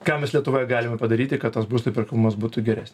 ką mes lietuvoje galima padaryti kad tas būsto įperkamumas būtų geresnis